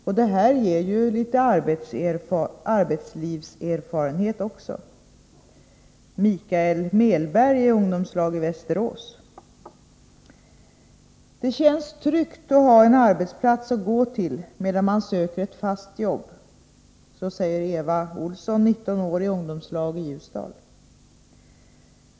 Och det här ger ju lite” arbetslivserfarenhet också. Det säger Mikael Melberg i ungdomslag i Västerås. — Det känns tryggt att ha en arbetsplats att gå till medan man söker ett fast jobb. Så säger Eva Olsson, 19 år, i ungdomslag i Ljusdal.